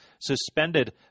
suspended